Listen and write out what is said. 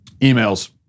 emails